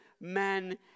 men